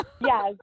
Yes